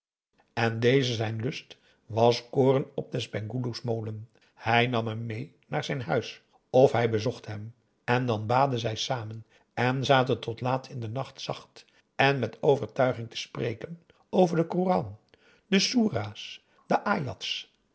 en deze zijn lust was koren op des penghoeloe's molen hij nam hem mee naar zijn huis of hij bezocht hem en dan baden zij samen en zaten tot laat in den nacht zacht en met overtuiging te spreken over den koran de soerah's de